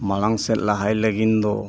ᱢᱟᱲᱟᱝ ᱥᱮᱫ ᱞᱟᱦᱟᱭ ᱞᱟᱹᱜᱤᱫ ᱫᱚ